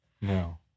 No